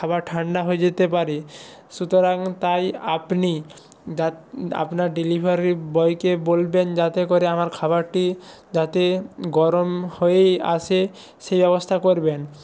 খাবার ঠান্ডা হয়ে যেতে পারে সুতরাং তাই আপনি যাত আপনার ডেলিভারি বয়কে বলবেন যাতে করে আমার খাবারটি যাতে গরম হয়েই আসে সেই ব্যবস্থা করবেন